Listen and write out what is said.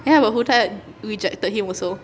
ya but huda rejected him also